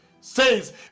says